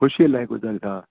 ख़ुशी लाइ घुरनि था